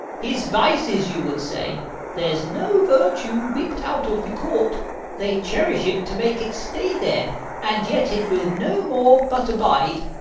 his vices, you would say there's no virtue whipped out of the court they cherish it, to make it stay there and yet it will no more but abide.